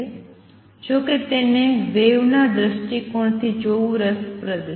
જો કે તેને વેવના દ્રષ્ટિકોણથી જોવું રસપ્રદ છે